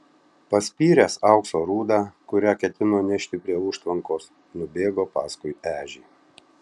paspyręs aukso rūdą kurią ketino nešti prie užtvankos nubėgo paskui ežį